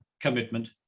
commitment